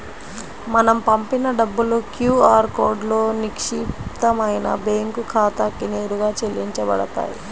మనం పంపిన డబ్బులు క్యూ ఆర్ కోడ్లో నిక్షిప్తమైన బ్యేంకు ఖాతాకి నేరుగా చెల్లించబడతాయి